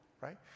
right